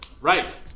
right